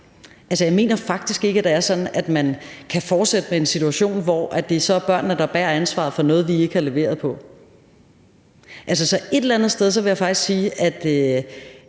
det er sådan, at man kan fortsætte med en situation, hvor det er børnene, der bærer ansvaret for noget, vi ikke har leveret på. Så et eller andet sted vil jeg faktisk